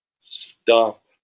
stop